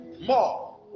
More